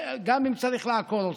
גם אם צריך לעקור אותם.